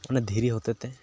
ᱚᱱᱟ ᱫᱷᱤᱨᱤ ᱦᱚᱛᱮᱡ ᱛᱮ